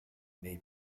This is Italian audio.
nei